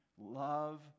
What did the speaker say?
Love